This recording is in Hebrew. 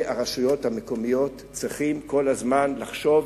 הרשויות המקומיות צריכים כל הזמן לחשוב,